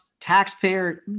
taxpayer